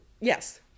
yes